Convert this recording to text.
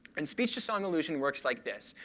and speech to song illusion works like this.